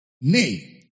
Nay